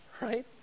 right